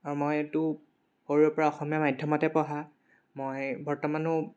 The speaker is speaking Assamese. আৰু মইতো সৰুৰে পৰা অসমীয়া মাধ্যমতে পঢ়া মই বৰ্তমানো